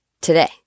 today